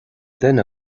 duine